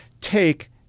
take